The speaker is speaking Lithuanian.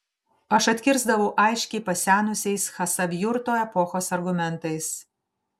aš atkirsdavau aiškiai pasenusiais chasavjurto epochos argumentais